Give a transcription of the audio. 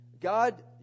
God